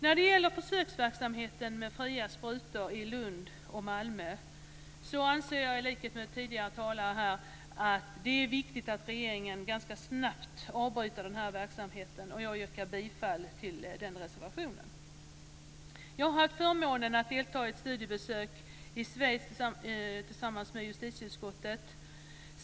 När det gäller försöksverksamheten med fria sprutor i Lund och Malmö anser jag i likhet med tidigare talare att det är viktigt att regeringen ganska snabbt avbryter den här verksamheten. Jag yrkar bifall till den reservationen. Jag har haft förmånen att delta i ett studiebesök i Schweiz tillsammans med justitieutskottet.